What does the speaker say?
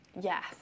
yes